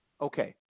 Okay